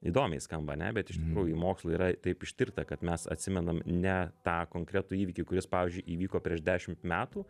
įdomiai skamba ane bet iš tikrųjų į mokslu yra taip ištirta kad mes atsimenam ne tą konkretų įvykį kuris pavyzdžiui įvyko prieš dešimt metų